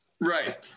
Right